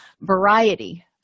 variety